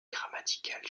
grammaticales